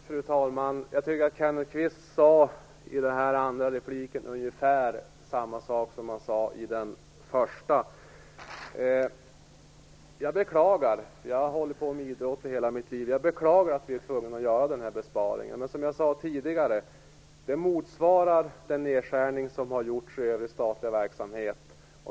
Fru talman! Kenneth Kvist sade i sin andra replik ungefär samma sak som han sade i den första. Jag har hållit på med idrott i hela mitt liv, jag beklagar att vi är tvungna att göra den här besparingen. Men, som jag sade tidigare, det motsvarar den nedskärning som har gjorts i övrig statlig verksamhet.